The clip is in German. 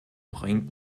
bringt